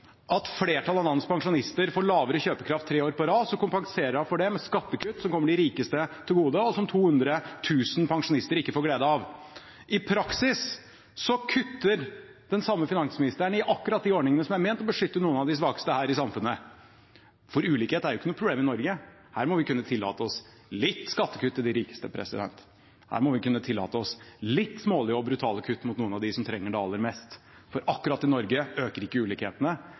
at flertallet av landets pensjonister får lavere kjøpekraft tre år på rad, og så kompenserer hun for det med skattekutt som kommer de rikeste til gode, og som 200 000 pensjonister ikke får glede av. I praksis kutter den samme finansministeren akkurat i de ordningene som er ment å beskytte noen av de svakeste her i samfunnet. For ulikhet er jo ikke noe problem i Norge, her må vi kunne tillate oss litt skattekutt til de rikeste. Her må vi kunne tillate oss litt smålige og brutale kutt overfor noen av dem som trenger det aller mest. For akkurat i Norge øker ikke ulikhetene,